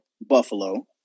Buffalo